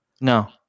No